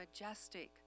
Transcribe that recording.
majestic